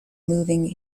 moving